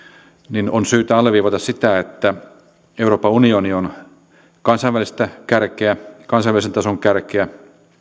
niin on syytä alleviivata sitä että euroopan unioni on kansainvälistä kärkeä kansainvälisen tason kärkeä